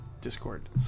Discord